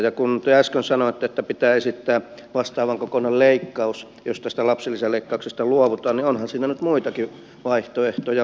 ja kun te äsken sanoitte että pitää esittää vastaavan kokoinen leikkaus jos tästä lapsilisäleikkauksesta luovutaan niin onhan siinä nyt muitakin vaihtoehtoja